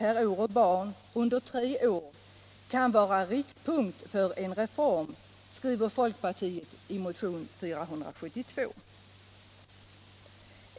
per år och barn under tre år kan vara riktpunkt för en reform”, skriver folkpartiet i motionen 1975/76:472.